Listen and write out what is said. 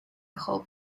hold